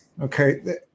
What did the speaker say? Okay